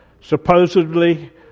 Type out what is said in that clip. Supposedly